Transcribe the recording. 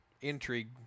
intrigue